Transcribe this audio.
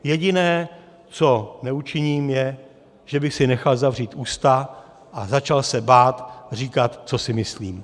Jediné, co neučiním, je, že bych si nechal zavřít ústa a začal se bát říkat, co si myslím.